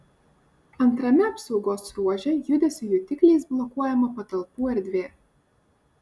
antrame apsaugos ruože judesio jutikliais blokuojama patalpų erdvė